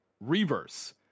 reverse